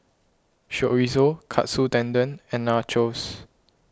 Chorizo Katsu Tendon and Nachos